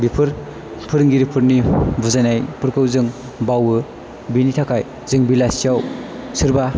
बेफोर फोरोंगिरिफोरनि बुजायनायफोरखौ जों बावो बिनि थाखाय जों बेलासियाव सोरबा